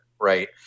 right